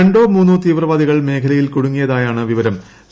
രണ്ടോ മൂന്നോ തീവ്രവാദികൾ മേഖലയിൽ കുടുങ്ങിയതായാണ് വിവരം